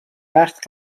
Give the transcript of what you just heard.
وقت